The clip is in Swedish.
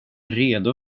redo